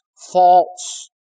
false